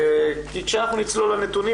כי כאשר אנחנו נצלול לנתונים,